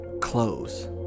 clothes